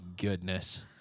goodness